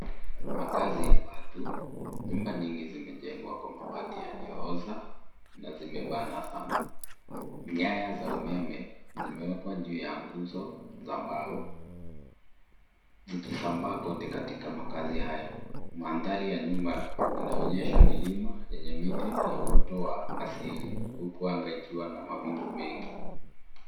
Makazi ya watu. Nyumba nyingi zimejengwa kwa mabati yaliyooza na zimebana sana. Nyaya za umeme zimewekwa juu ya nguzo za mbao, zikisambaa kote katika makazi hayo. Mandhari ya nyuma inaonyesha milima yenye miti na uoto wa asili huku anga ikiwa na mawingu mengi.